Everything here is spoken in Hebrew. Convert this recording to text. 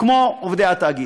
כמו עובדי התאגיד.